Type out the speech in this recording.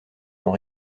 sont